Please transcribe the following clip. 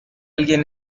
alguien